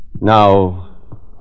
Now